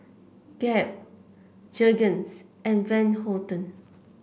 Gap Jergens and Van Houten